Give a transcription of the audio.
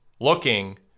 looking